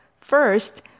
First